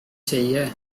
செய்ய